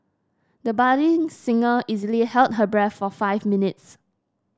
the budding singer easily held her breath for five minutes